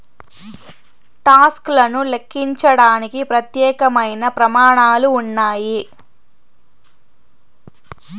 talks లను లెక్కించడానికి ప్రత్యేకమైన ప్రమాణాలు ఉన్నాయి